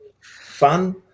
fun